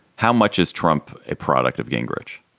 how much is trump a product of gingrich?